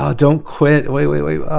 ah don't quit. wait wait wait.